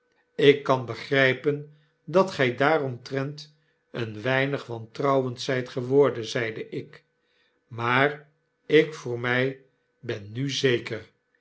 ik kan begrypen dat gij daaromtrent een weinig wantrouwend zijt geworden zeide ik maar ik voor mij ben nu zeker